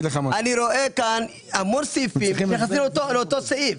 רואה המון סעיפים שמתייחסים לאותו סעיף.